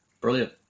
Brilliant